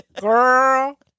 girl